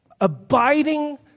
abiding